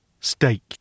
Steak